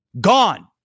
Gone